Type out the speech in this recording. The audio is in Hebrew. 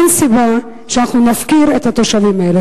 אין סיבה שאנחנו נפקיר את התושבים האלה.